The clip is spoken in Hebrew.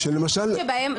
אגב.